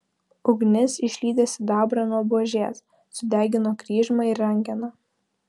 ugnis išlydė sidabrą nuo buožės sudegino kryžmą ir rankeną